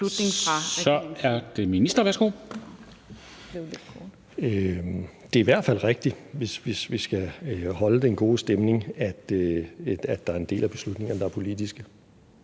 (Nick Hækkerup): Det er i hvert fald rigtigt – hvis vi skal holde den gode stemning – at der er en del af beslutningerne, der er politiske.